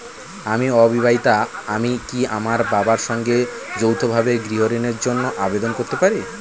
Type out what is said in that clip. আমি অবিবাহিতা আমি কি আমার বাবার সঙ্গে যৌথভাবে গৃহ ঋণের জন্য আবেদন করতে পারি?